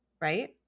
right